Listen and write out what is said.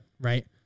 Right